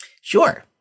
Sure